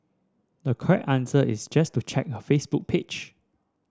the correct answer is just to check her Facebook page